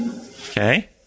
okay